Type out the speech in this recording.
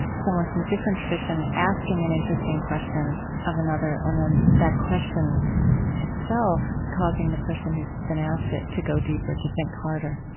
and someone from a different tradition asking an interesting question of another, and then that question itself causing the person who's been asked it to go deeper, to think harder